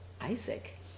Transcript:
Isaac